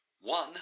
one